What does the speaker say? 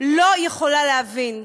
לא יכולה להבין,